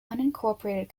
unincorporated